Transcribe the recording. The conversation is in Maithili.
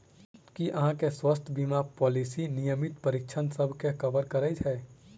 की अहाँ केँ स्वास्थ्य बीमा पॉलिसी नियमित परीक्षणसभ केँ कवर करे है?